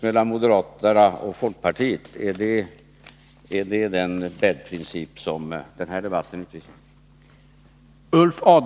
Moderaterna och folkpartiet skafföttes — är det den bäddprincip den här debatten utvisar?